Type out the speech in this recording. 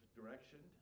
direction